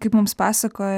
kaip mums pasakojo